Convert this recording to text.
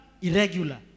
Irregular